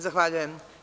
Zahvaljujem.